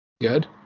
good